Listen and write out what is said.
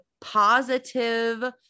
positive